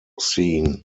scene